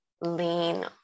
lean